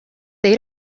they